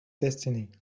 destiny